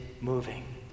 moving